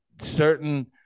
certain